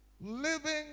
living